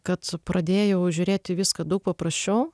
kad pradėjau žiūrėt į viską daug paprasčiau